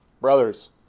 Brothers